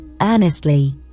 earnestly